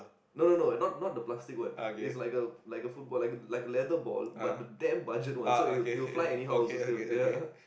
no no no not not the plastic one it's like a like a football like a like a leather ball but the damn budget one so it will it will fly anyhow also still